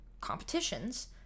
competitions